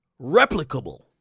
replicable